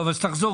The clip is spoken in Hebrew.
ואז תבדוק